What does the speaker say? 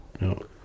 No